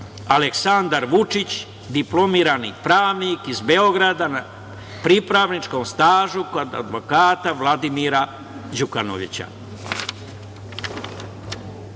Aleksandar Vučić, diplomirani pravnik iz Beograda, na pripravničkom stažu kod advokata Vladimira Đukanovića“.Ovim